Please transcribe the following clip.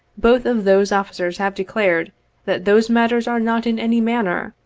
both of those officers have declared that those matters are not in any manner,